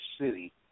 city